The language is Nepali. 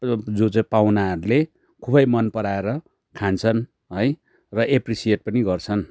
जो चाहिँ पाहुनाहरूले खुबै मन पराएर खान्छन् है र एप्रिसिएट पनि गर्छन्